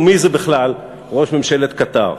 ומי זה בכלל ראש ממשלת קטאר.